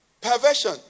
perversion